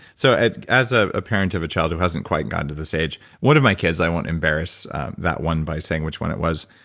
so as ah a parent of a child who hasn't quite gotten to this age, one of my kids. i won't embarrass that one by saying which one it was.